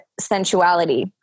sensuality